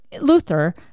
luther